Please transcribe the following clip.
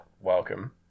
Welcome